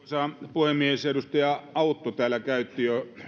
puhemies edustaja autto täällä käytti jo